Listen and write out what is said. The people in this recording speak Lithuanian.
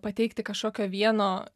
pateikti kažkokio vieno